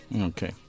Okay